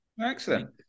Excellent